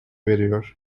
veriyor